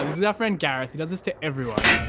ah this is our friend gareth he does this to everyone.